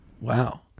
Wow